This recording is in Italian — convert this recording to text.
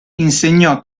insegnò